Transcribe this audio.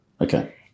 Okay